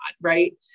right